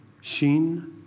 sheen